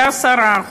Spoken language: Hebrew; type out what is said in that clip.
מ-8% ל-10%.